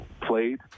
played